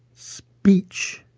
speech.